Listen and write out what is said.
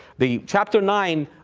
the chapter nine,